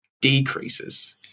decreases